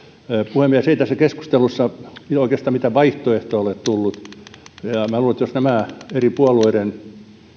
puhemies ei tässä keskustelussa oikeastaan mitään vaihtoehtoa ole tullut ja luulen että jos näistä eri puolueiden